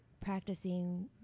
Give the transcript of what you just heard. practicing